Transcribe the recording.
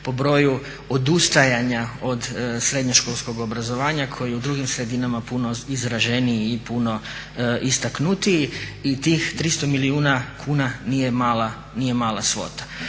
po broju odustajanja od srednjoškolskog obrazovanja, koji je u drugim sredinama puno izraženiji i puno istaknutiji. I tih 300 milijuna kuna nije mala svota.